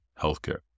healthcare